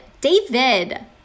David